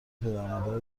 پدرو